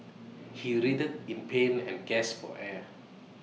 he writhed in pain and gasped for air